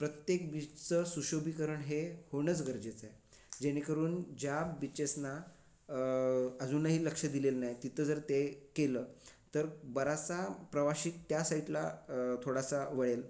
प्रत्येक बीचचं सुशोभीकरण हे होणंच गरजेचं आहे जेणेकरून ज्या बिचेसना अजूनही लक्ष दिलेलं नाही तिथं जर ते केलं तर बराचसा प्रवाशी त्या साईटला थोडासा वळेल